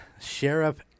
Sheriff